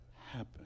happen